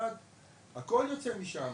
הכול יוצא משם,